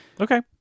Okay